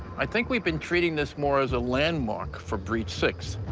i think we've been treating this more as a landmark for breach six.